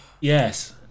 Yes